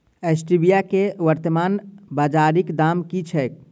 Stevia केँ वर्तमान बाजारीक दाम की छैक?